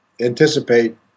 anticipate